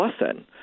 lesson